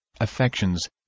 affections